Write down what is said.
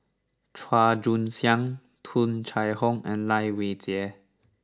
Chua Joon Siang Tung Chye Hong and Lai Weijie